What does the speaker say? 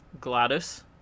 Gladys